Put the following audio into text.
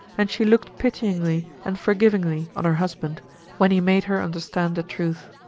and she looked pityingly and forgivingly on her husband when he made her understand the truth.